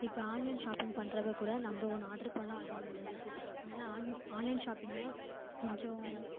இப்போ online shopping பண்ணுறப்ப கூட நம்ம ஒன்று ஆர்டர் பண்ணிணா அது ஒன்று வருது அதெலாம் ஆன் ஆன்லைன் ஷாப்பிங்கை கொஞ்சம்